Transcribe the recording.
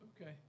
Okay